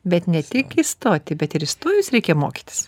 bet ne tik įstoti bet ir įstojus reikia mokytis